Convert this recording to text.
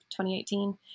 2018